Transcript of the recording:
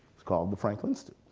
it's called the franklin so